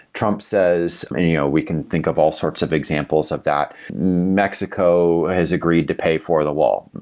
trump says and you know we can think of all sorts of examples of that. mexico has agreed to pay for the wall.